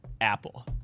Apple